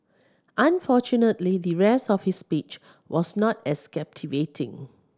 unfortunately the rest of his speech was not as captivating